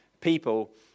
people